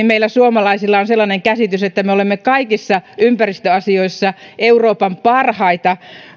meillä suomalaisilla on sellainen käsitys että me olemme kaikissa ympäristöasioissa euroopan parhaita